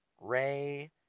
ray